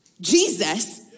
Jesus